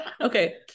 okay